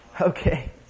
Okay